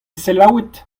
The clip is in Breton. selaouit